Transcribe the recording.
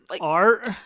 art